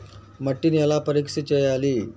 మట్టిని ఎలా పరీక్ష చేయాలి?